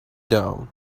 down